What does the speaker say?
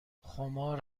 خمار